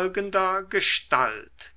folgendergestalt